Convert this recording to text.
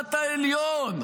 המשפט העליון.